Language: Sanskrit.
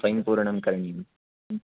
फैन् पूरणं करणीयं